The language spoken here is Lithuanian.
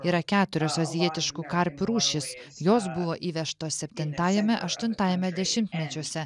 yra keturios azijietiškų karpių rūšys jos buvo įvežtos septintajame aštuntajame dešimtmečiuose